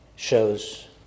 shows